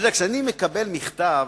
כשאני מקבל מכתב,